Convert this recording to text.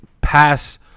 pass